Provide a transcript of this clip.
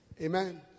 Amen